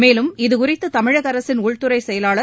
மேலும் இதுகுறித்து தமிழக அரசின் உள்துறைச் செயவாளர்